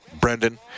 Brendan